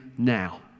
now